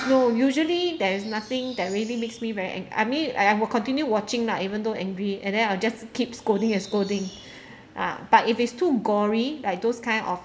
no usually there is nothing that really makes me very ang~ I mean I I will continue watching lah even though angry and then I'll just keep scolding and scolding ah but if it's too gory like those kind of